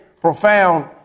profound